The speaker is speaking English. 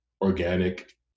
organic